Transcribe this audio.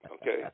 Okay